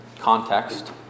context